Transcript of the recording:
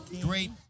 Great